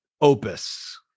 opus